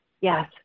yes